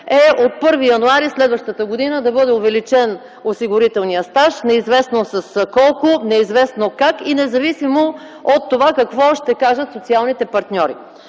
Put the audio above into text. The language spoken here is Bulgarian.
е от 1 януари следващата година да бъде увеличен осигурителният стаж неизвестно с колко, неизвестно как и независимо от това какво ще кажат социалните партньори.